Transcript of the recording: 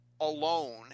alone